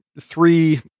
three